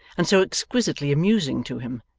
and so exquisitely amusing to him,